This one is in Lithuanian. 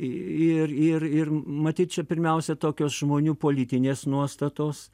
ir ir ir matyt čia pirmiausia tokios žmonių politinės nuostatos